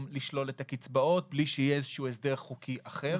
לשלול את הקצבאות בלי שיהיה הסדר חוקי אחר.